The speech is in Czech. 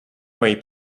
mají